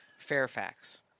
Fairfax